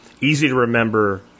easy-to-remember